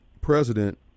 president